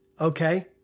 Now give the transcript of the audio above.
Okay